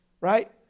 Right